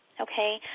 okay